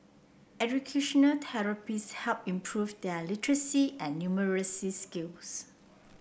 educational therapists helped improve their literacy and numeracy skills